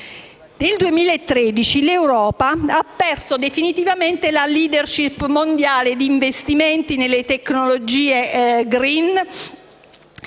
Nel 2013 l'Europa ha perso definitivamente la *leadership* mondiale di investimenti nelle tecnologie *green*